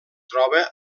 troba